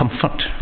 comfort